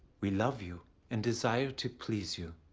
we love you and desire to please you.